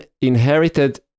inherited